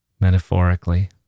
Metaphorically